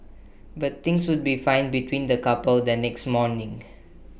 but things would be fine between the couple the next morning